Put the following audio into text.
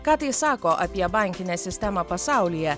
ką tai sako apie bankinę sistemą pasaulyje